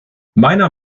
meiner